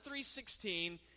3.16